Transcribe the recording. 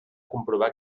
comprovar